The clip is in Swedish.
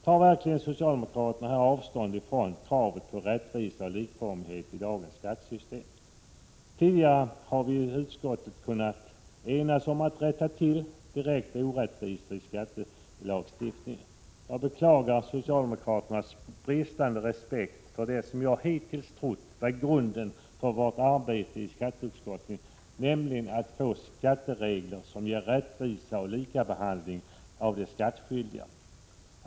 Tar verkligen socialdemokraterna avstånd från kravet på rättvisa och likformighet i dagens skattesystem? Tidigare har vi i utskottet kunnat enas om att rätta till direkta orättvisor i skattelagstiftningen. Jag beklagar socialdemokraternas bristande respekt för det som jag hittills trott vara grunden för arbetet i skatteutskottet, nämligen att skapa skatteregler som innebär rättvisa och lika behandling av de skattskyldiga.